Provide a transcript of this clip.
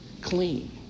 clean